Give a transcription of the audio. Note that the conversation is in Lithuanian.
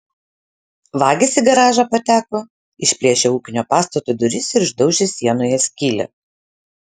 vagys į garažą pateko išplėšę ūkinio pastato duris ir išdaužę sienoje skylę